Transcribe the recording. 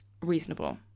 reasonable